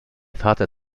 vater